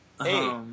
Hey